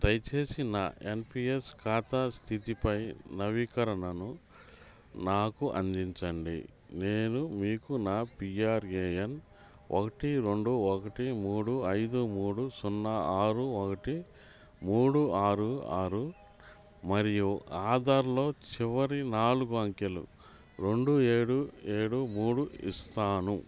దయచేసి నా N P S ఖాతా స్థితిపై నవీకరణను నాకు అందించండి నేను మీకు నా పీ ఆర్ ఏ ఎన్ ఒకటి రెండు ఒకటి మూడు ఐదు మూడు సున్నా ఆరు ఒకటి మూడు ఆరు ఆరు మరియు ఆధార్లో చివరి నాలుగు అంకెలు రెండు ఏడు ఏడు మూడు ఇస్తాను